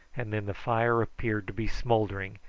and then the fire appeared to be smouldering,